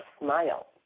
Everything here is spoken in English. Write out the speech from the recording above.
smile